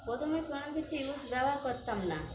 প্রথমে কোনো কিছু ইউজ ব্যবহার করতাম না